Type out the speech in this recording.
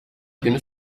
günü